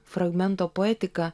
fragmento poetika